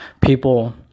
people